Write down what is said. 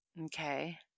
Okay